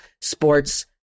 sports